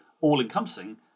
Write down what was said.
all-encompassing